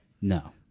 No